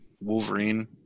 Wolverine